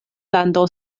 lando